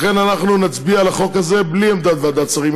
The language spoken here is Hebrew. לכן אנחנו נצביע על החוק הזה בלי עמדת ועדת שרים,